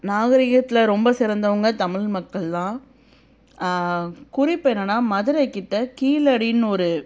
நாகரீகத்தில் ரொம்ப சிறந்தவங்க தமிழ் மக்கள் தான் குறிப்பு என்னென்னால் மதுரைக்கிட்ட கீழடின்னு ஒரு